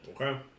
Okay